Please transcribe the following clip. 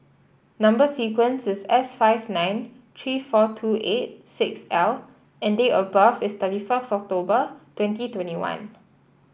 number sequence is S five nine three four two eight six L and date of birth is thirty first October twenty twenty one